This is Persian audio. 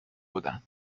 بودند